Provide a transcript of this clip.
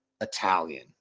Italian